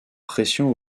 pression